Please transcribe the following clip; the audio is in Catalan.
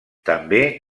també